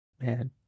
Man